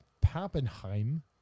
Pappenheim